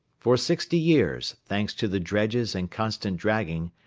for sixty years, thanks to the dredges and constant dragging,